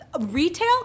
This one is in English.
Retail